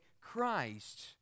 Christ